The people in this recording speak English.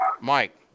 Mike